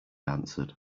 answered